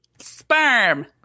Sperm